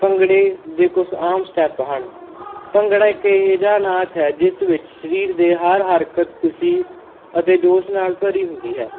ਭੰਗੜੇ ਦੇ ਕੁਛ ਆਮ ਸਟੈਪ ਹਨ ਭੰਗੜਾ ਇੱਕ ਇਹ ਜਿਹਾ ਨਾਚ ਹੈ ਜਿਸ ਵਿੱਚ ਸਰੀਰ ਦੇ ਹਰ ਹਰਕਤ ਖੁਸ਼ੀ ਅਤੇ ਜੋਸ਼ ਨਾਲ ਭਰੀ ਹੁੰਦੀ ਹੈ